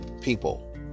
people